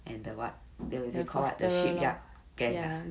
and the what they call what the shipyard gang ah